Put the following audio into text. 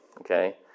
okay